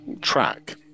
track